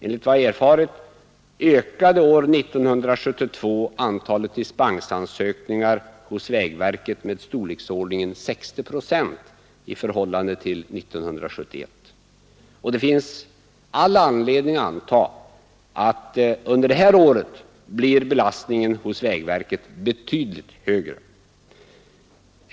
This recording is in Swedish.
Enligt vad jag erfarit ökade år 1972 antalet dispensansökningar hos vägverket med storleksordningen 60 procent i förhållande till 1971. Det finns all anledning anta att under det här året blir belastningen hos vägverket betydligt högre.